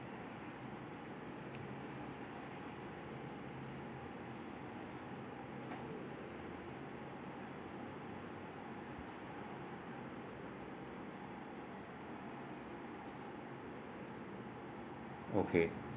okay